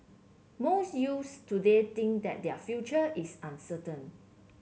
most youths today think that their future is uncertain